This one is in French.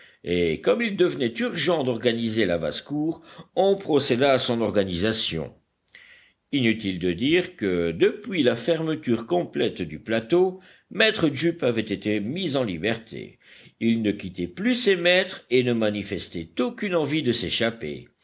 et comme il devenait urgent d'organiser la basse-cour on procéda à son organisation inutile de dire que depuis la fermeture complète du plateau maître jup avait été mis en liberté il ne quittait plus ses maîtres et ne manifestait aucune envie de s'échapper